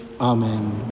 amen